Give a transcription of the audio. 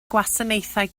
gwasanaethau